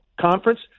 Conference